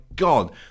God